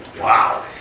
Wow